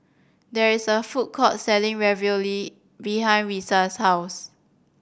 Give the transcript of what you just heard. there is a food court selling Ravioli behind Risa's house